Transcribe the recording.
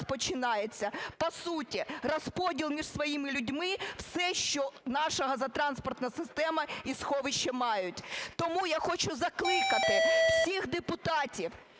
починається по суті розподіл між своїми людьми все, що наша газотранспортна система і сховища мають. Тому я хочу закликати всіх депутатів,